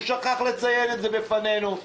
הוא שכח לציין את זה בפנינו.